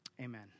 amen